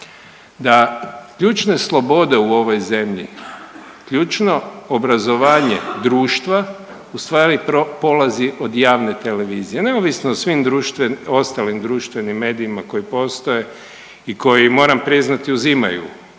da ključne slobode u ovoj zemlji, ključno obrazovanje društva ustvari polazi od javne televizije neovisno o svim ostalim društvenim medijima koji postoje i koji moram priznati uzimaju